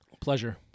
Pleasure